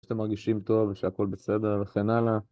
שאתם מרגישים טוב, ושהכל בסדר וכן הלאה.